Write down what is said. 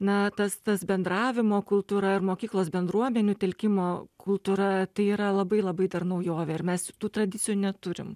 na tas tas bendravimo kultūra ir mokyklos bendruomenių telkimo kultūra tai yra labai labai dra naujovė ir mes tų tradicijų neturim